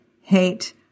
hate